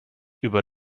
über